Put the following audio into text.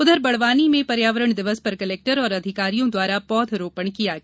उधर बड़वानी में पर्यावरण दिवस पर कलेक्टर एवं अधिकारियों द्वारा पौध रोपण किया गया